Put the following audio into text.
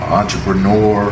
entrepreneur